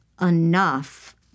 enough